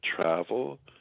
travel